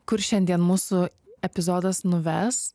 kur šiandien mūsų epizodas nuves